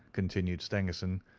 continued stangerson,